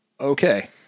okay